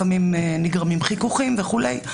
לפעמים נגרמים חיכוכים וכולי,